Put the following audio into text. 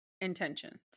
intentions